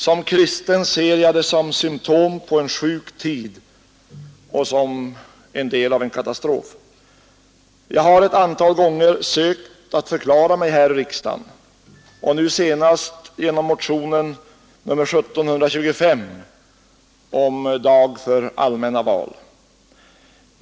Som kristen ser jag det som symtom på en sjuk tid och som en del av en katastrof. Jag har ett antal gånger försökt förklara det här i riksdagen, nu senast genom motionen 1725 om dag för allmänna val.